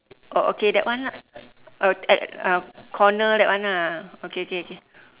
oh okay that one lah uh at uh corner that one lah okay okay okay